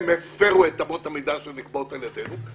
הם הפרו את אמות המידה שנקבעות על ידינו,